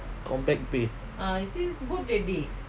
combat pay